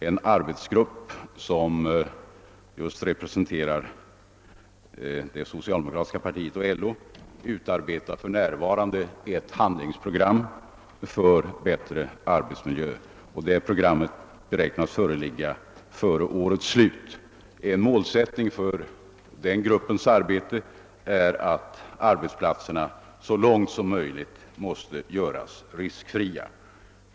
En arbetsgrupp som representerar det socialdemokratiska partiet och LO utarbetar för närvarande ett handlingsprogram för bättre arbetsmiljö, och detta program beräknas föreligga före årets slut. En målsättning för denna grupps arbete är att arbetsplatserna så långt som möjligt skall göras riskfria.